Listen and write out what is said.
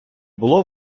було